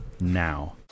now